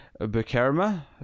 Bukerma